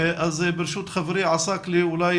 אז ברשות חברי עסאקלה, אולי